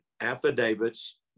affidavits